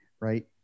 right